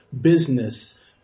business